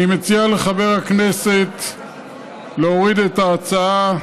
אני מציע לחבר הכנסת להוריד את ההצעה.